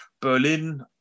Berlin